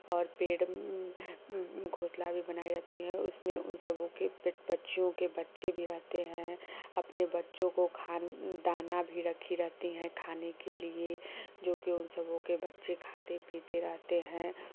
और पेड़ उम घोसला भी बनाए रहती हैं उसमें उन सबों के पक्षियों के बच्चे भी रहते हैं अपने बच्चो को खा दाना भी रखी रहती हैं खाने के लिए जो कि उन सबों के बच्चे खाते पीते रहते हैं